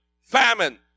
famine